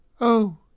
Oh